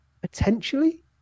Potentially